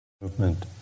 movement